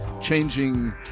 Changing